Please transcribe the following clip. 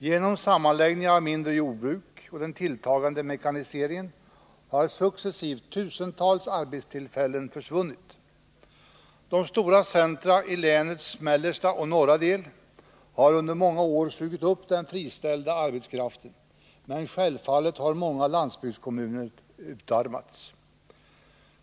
Genom sammanläggningar av mindre jordbruk och den tilltagande mekaniseringen har successivt tusentals arbetstillfällen försvunnit. De stora centra i länets mellersta och norra del har under många år sugit upp den friställda arbetskraften, men självfallet har många landsbygdskommuner utarmats.